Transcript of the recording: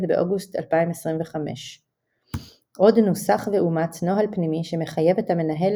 באוגוסט 2025. עוד נוסח ואומץ נוהל פנימי שמחייב את המנהל